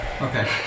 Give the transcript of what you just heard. Okay